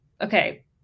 Okay